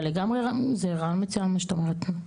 אבל לגמרי, זה רעיון מצוין מה שאת אומרת.